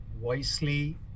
wisely